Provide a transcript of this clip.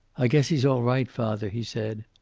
i guess he's all right, father, he said.